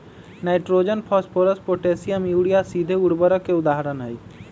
nitrogen, phosphorus, potassium, urea सीधे उर्वरक के उदाहरण हई